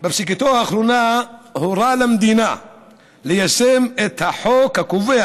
הורה בפסיקתו האחרונה למדינה ליישם את החוק הקובע